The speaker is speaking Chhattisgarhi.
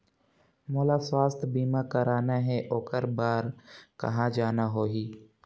मोला स्वास्थ बीमा कराना हे ओकर बार कहा जाना होही?